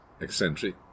eccentric